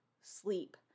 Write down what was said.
sleep